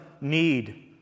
need